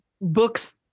books